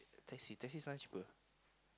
taxi taxi sound cheaper